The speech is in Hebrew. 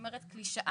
אני אומרת קלישאה,